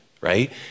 right